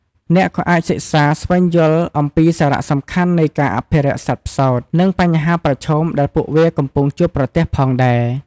អ្នកក៏អាចសិក្សាស្វែងយល់អំពីសារៈសំខាន់នៃការអភិរក្សសត្វផ្សោត និងបញ្ហាប្រឈមដែលពួកវាកំពុងជួបប្រទះផងដែរ ។